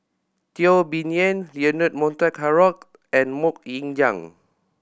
Teo Bee Yen Leonard Montague Harrod and Mok Ying Jang